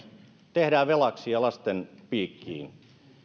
tehdään velaksi ja lasten piikkiin